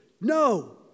No